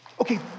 Okay